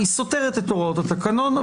היא סותרת את הוראות התקנון,